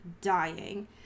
dying